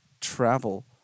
travel